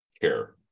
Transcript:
care